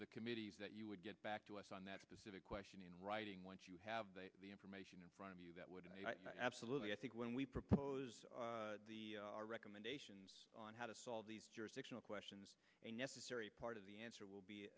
the committees that you would get back to us on that specific question in writing once you have the information in front of you that would absolutely i think when we propose our recommendations on how to solve these jurisdictional questions a necessary part of the answer will be